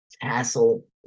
hassle